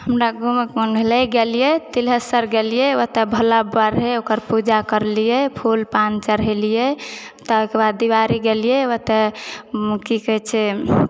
हमरा घूमक मन भेलै गेलिऐ तिल्हेश्वर गेलिऐ ओतय भोला बाबा रहै ओकर पूजा करलिऐ फूल पान चढ़ेलिऐ तहिके बाद दीबारी गेलिऐ ओतय की कहै छै